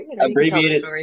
abbreviated